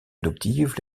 adoptive